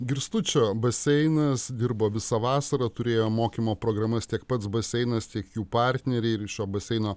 girstučio baseinas dirbo visą vasarą turėjo mokymo programas tiek pats baseinas tiek jų partneriai ir šio baseino